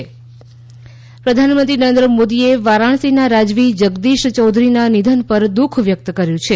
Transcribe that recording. PM Dom king પ્રધાનમંત્રી નરેન્દ્ર મોદીએ વારાણસીના રાજવી જગદીશ ચૌધરીના નિધન પર દુખ વ્યક્ત કર્યું છે